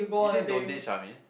you say don't date Shamin